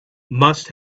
must